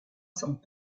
sans